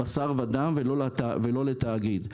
ולא לתאגיד.